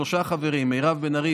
שלושה חברים: מירב בן ארי,